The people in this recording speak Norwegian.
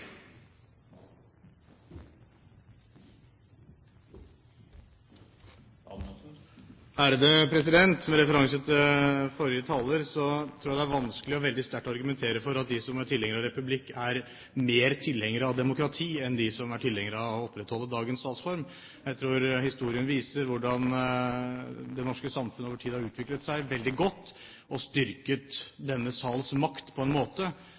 vanskelig å argumentere veldig sterkt for at de som er tilhengere av republikk, er større tilhengere av demokrati enn de som er tilhengere av å opprettholde dagens statsform. Historien viser hvordan det norske samfunn over tid har utviklet seg veldig godt, og det har styrket denne sals makt på en måte